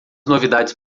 novidades